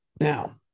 Now